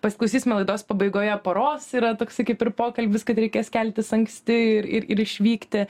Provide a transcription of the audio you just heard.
pasiklausysime laidos pabaigoje poros yra toksai kaip ir pokalbis kad reikės keltis anksti ir ir išvykti